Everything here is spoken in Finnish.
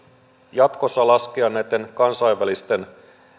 jatkossa laskea kansainvälisten